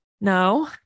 No